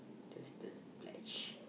just the pledge